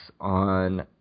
on